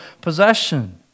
possession